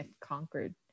conquered